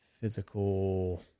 Physical